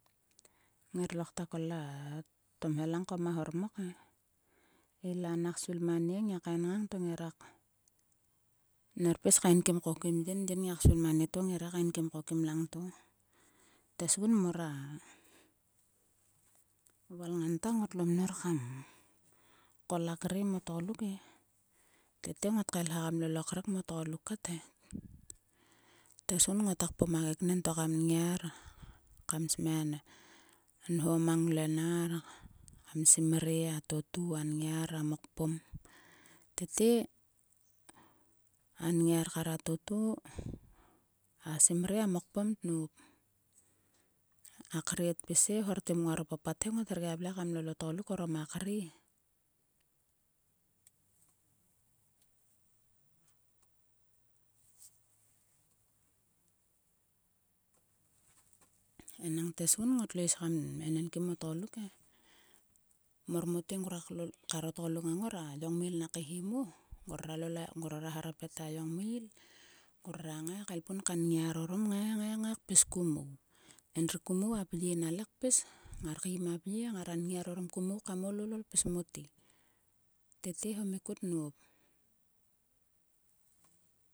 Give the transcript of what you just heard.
Ngir lokta kol a tomhelang ko ma hormok e. I la nak svil ma nie ngiak kain ngang to ngira. ner pis kainkim ko kim yin. Vin ngiak svil ma nieto ngire kainkim ko kim langto. Tesgum mor a valngan ta ngotlo mnor kam kol a kre mot tgoluk e. Tete ngot kaelha kam kol a kre mo tgolukkat he. Tesgun ngota kpom a keknen to kam ngiar. kam smia nho mang ngluenar. A simre. a totu, a ngiar. a mokpom. Tete, anngiar kar a totu. a simre a mokpom tnop. Akre tpis hr hortgem nguaro papat he ngot hergia vle kam lol o tgoluk orom a kre he. Enang tesgun ngotlo is kmenenkim o tgoluk e. Mor mote karo tgoluk ngang ngor. A yong meil nak keihi mo. Ngrora harapet a yongmeil. Ngrora ngai kaelpun ka nngiar orom ngai ngai pis ku mou endruku mou a pye nale pis ngar keim a pye. ngara ngiar orom ku mou kam ol ol pisâ mote. Tete homikut nop.